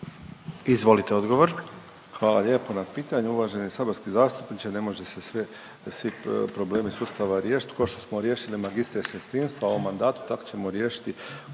Tomislav (HDZ)** Hvala lijepo na pitanju uvaženi saborski zastupniče. Ne može se sve svi problemi sustava riješiti ko što smo riješili magistre sestrinstva u ovom mandatu tako ćemo riješiti